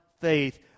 faith